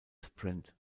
sprint